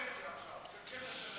גם לא צ'כיה,